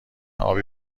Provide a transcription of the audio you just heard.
آبی